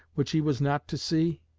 which he was not to see?